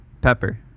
Pepper